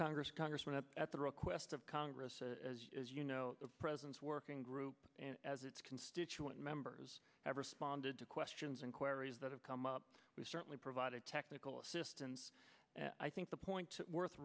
congress congressman up at the request of congress as you know the president's working group and as its constituent members have responded to questions inquiries that have come up certainly provided technical assistance i think the point worth